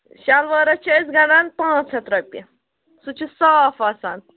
شَلوارَس چھِ أسۍ گَنٛڈان پانٛژھ ہَتھ رۄپیہِ سُہ چھُ صاف آسان